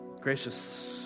Gracious